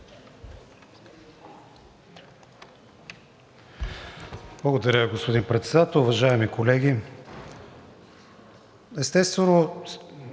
Благодаря, господин Председател. Уважаеми колеги, естествено,